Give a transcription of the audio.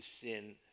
sin